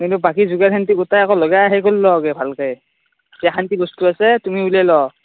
কিন্তু বাকী যোগাৰখিনিটো গোটেই ভালকৈ যেখান কি বস্তু আছে তুমি ওলাই ল